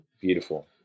beautiful